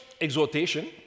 exhortation